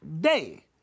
day